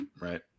right